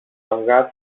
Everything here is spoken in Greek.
αυγά